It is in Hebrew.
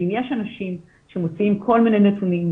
ואם יש אנשים שמוציאים כל מיני נתונים,